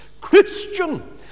Christian